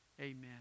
Amen